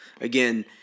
Again